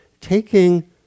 taking